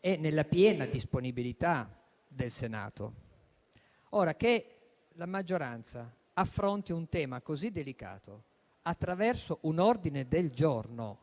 è nella piena disponibilità del Senato. Se la maggioranza affronta un tema così delicato attraverso un ordine del giorno,